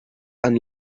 and